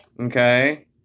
Okay